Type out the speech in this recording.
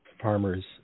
farmers